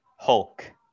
Hulk